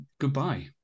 goodbye